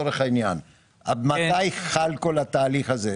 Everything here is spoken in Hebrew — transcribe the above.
עד מתי חל כל התהליך הזה?